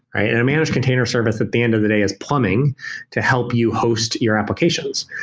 a and managed container service at the end of the day is plumbing to help you host your applications.